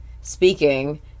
speaking